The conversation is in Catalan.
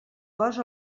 cos